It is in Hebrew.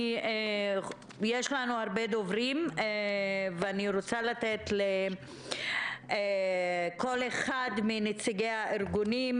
יש לנו הרבה דוברים ואני רוצה לתת לכל אחד מנציגי הארגונים,